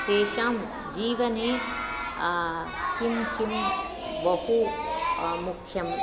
तेषां जीवने किं किं बहु मुख्यं